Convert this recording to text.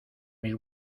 mis